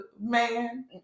man